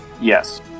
Yes